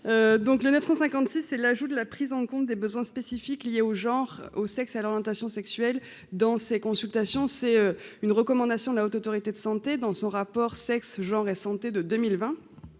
donc le 956 et l'ajout de la prise en compte des besoins spécifiques liés au genre. Au sexe, à l'orientation sexuelle dans ses consultations, c'est une recommandation de la Haute autorité de santé dans son rapport, sexe, genre et santé de 2020,